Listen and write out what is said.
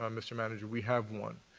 um mr. manager, we have won,